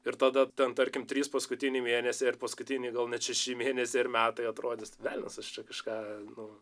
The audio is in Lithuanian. ir tada ten tarkim trys paskutiniai mėnesiai ar paskutiniai gal net šeši mėnesiai ir metai atrodys velnias aš čia kažką nu